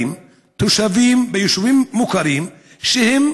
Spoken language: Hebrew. רוב האוכלוסייה הערבית היא מתחת לקו העוני וסובלת ממצב כלכלי קשה ביותר.